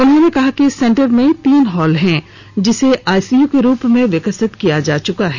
उन्होंने कहा कि इस सेंटर में तीन हॉल हैं जिसको आईसीयू के रूप में विकसित किया जा चुका है